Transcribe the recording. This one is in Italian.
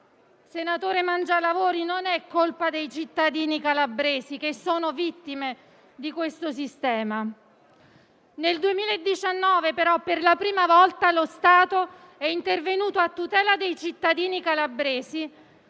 senatore Mangialavori, non è colpa dei cittadini calabresi, che sono vittime di questo sistema. Nel 2019, però, per la prima volta lo Stato è intervenuto a tutela dei cittadini calabresi,